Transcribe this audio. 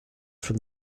from